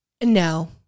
no